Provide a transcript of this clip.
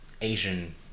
Asian